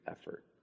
effort